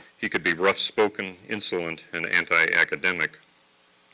he could be rough-spoken, insolent, and anti-academic,